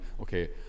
okay